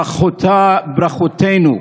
ברכותינו,